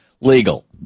legal